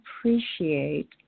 appreciate